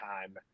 time